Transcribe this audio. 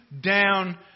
down